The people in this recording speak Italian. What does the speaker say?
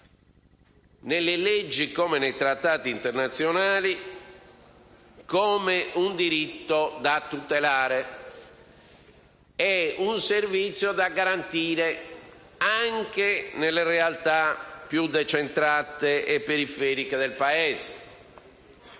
nelle leggi come nei trattati internazionali, come un diritto da tutelare e un servizio da garantire anche nelle realtà più decentrate e periferiche del Paese.